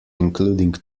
including